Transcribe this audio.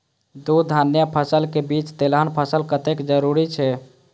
दू धान्य फसल के बीच तेलहन फसल कतेक जरूरी छे?